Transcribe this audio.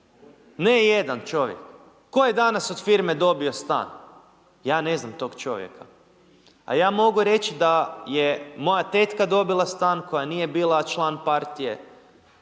ne jedan čovjek. Tko je danas od firme dobio stan? Ja ne znam tog čovjeka. A ja mogu reći da je moja tetka dobila stan koja nije bila član partije,